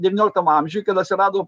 devynioliktam amžiuj kada atsirado